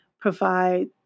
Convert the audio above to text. provide